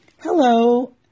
Hello